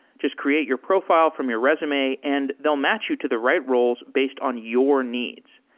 just create your profi le from your resume and they'll match you to the right roles based on your needs.